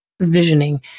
visioning